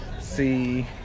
See